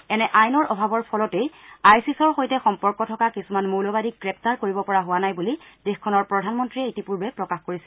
এনে আইনৰ অভাৱৰ ফলতেই আইছিছৰ সৈতে সম্পৰ্ক থকা কিছুমান মৌলবাদীক গ্ৰেপ্তাৰ কৰিব পৰা হোৱা নাই বুলি দেশখনৰ প্ৰধানমন্ত্ৰীয়ে ইতিপূৰ্বে প্ৰকাশ কৰিছিল